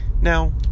Now